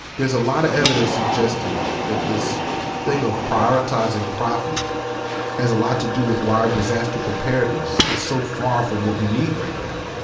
there's a lot of evidence suggesting that this thing of prioritizing profit has a lot to do with why our disaster preparedness is so far from what we need right now.